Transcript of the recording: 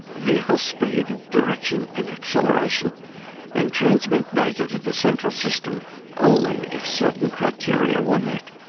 vehicle speed, direction and acceleration and transmit data to the central system only if certain criteria were met,